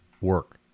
work